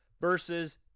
versus